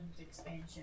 expansion